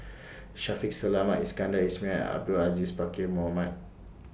Shaffiq Selamat Iskandar Ismail Abdul Aziz Pakkeer Mohamed